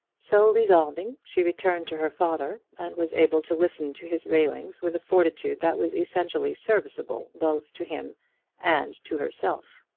so resolving she returned to her father, and was able to listen to his railings with a fortitude that was essentially serviceable both to him and to herself.